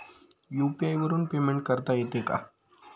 UPI वरून payment करता येते का?